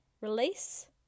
release